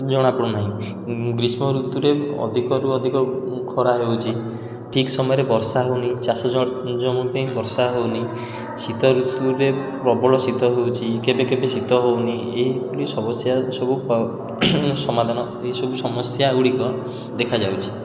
ଜଣା ପଡୁନାହିଁ ଗ୍ରୀଷ୍ମ ଋତୁରେ ଅଧିକରୁ ଅଧିକ ଖରା ହେଉଛି ଠିକ ସମୟରେ ବର୍ଷା ହେଉନି ଚାଷ ଜମି ବି ବର୍ଷା ହେଉନି ଶୀତ ଋତୁରେ ପ୍ରବଳ ଶୀତ ହେଉଛି କେବେ କେବେ ଶୀତ ହେଉନି ଏଇଭଳି ସମସ୍ୟା ସବୁ ସମାଧାନ ଏଇସବୁ ସମସ୍ୟା ଗୁଡ଼ିକ ଦେଖାଯାଉଛି